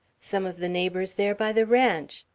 some of the neighbours there by the ranch.